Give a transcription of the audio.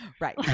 Right